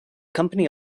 company